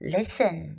Listen